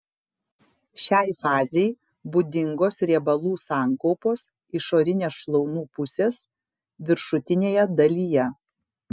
šiai fazei būdingos riebalų sankaupos išorinės šlaunų pusės viršutinėje dalyje